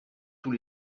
tous